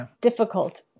difficult